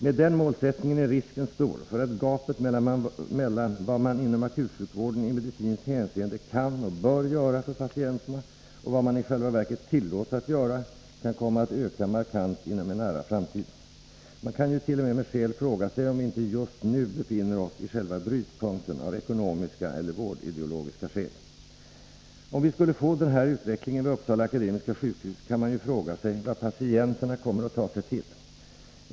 Med den målsättningen är risken stor för att gapet mellan vad man inom akutsjukvården i medicinskt hänseende kan och bör göra för patienterna och vad man i själva verket tillåts att göra kan komma att öka markant inom en nära framtid. Man kan ju t.o.m. med skäl fråga sig om vi inte just nu befinner oss i själva brytpunkten av ekonomiska eller vårdideologiska skäl. Om vi skulle få den här utvecklingen vid UAS kan man ju fråga sig vad patienterna kommer att ta sig till.